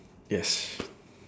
yes